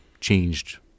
changed